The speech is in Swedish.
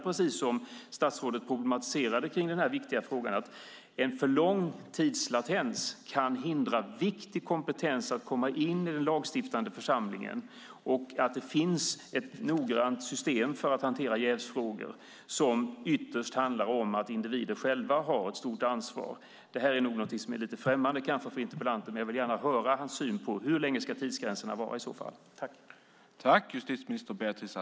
Precis som statsrådet problematiserade i denna viktiga fråga kan en för lång tidskarens hindra viktig kompetens att komma in i den lagstiftande församlingen. Det finns ett noggrant system för att hantera jävsfrågor som ytterst handlar om att individerna själva har ett stort ansvar. Detta är kanske lite främmande för interpellanten, men jag vill gärna höra hur långa han anser att tidsgränserna ska vara.